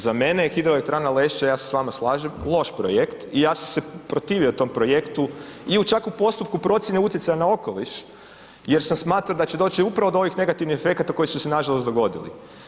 Za mene je Hidroelektrana Lešće, ja se s vama slažem, loš projekt i ja sam se protivio tom projektu i u čak u postupku procijene utjecaja na okoliš jer sam smatrao da će doći upravo do ovih negativnih efekata koji su se nažalost dogoditi.